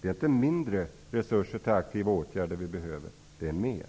Det är inte mindre resurser till aktiva åtgärder vi behöver, det är mer.